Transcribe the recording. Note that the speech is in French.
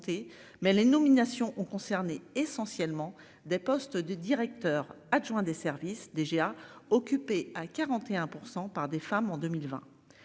mais les nominations ont concerné essentiellement des postes de directeur adjoint des services déjà occupé à 41% par des femmes en 2020